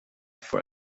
for